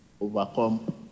overcome